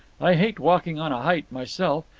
i hate walking on a height myself.